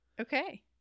Okay